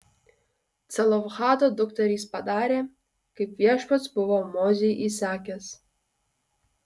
celofhado dukterys padarė kaip viešpats buvo mozei įsakęs